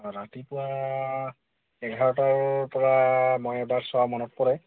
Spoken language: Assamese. অঁ ৰাতিপুৱা এঘাৰটাৰপৰা মই এবাৰ চোৱা মনত পৰে